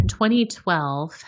2012